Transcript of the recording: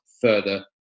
further